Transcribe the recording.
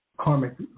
karmic